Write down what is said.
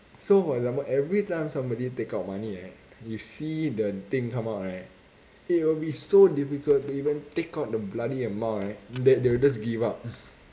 so for example every time somebody take out money right we see the thing come out right it will be so difficult to even take out the bloody amount right that they will just give up